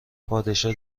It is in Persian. پادشاه